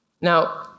Now